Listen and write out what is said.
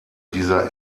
dieser